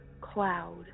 cloud